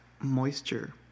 moisture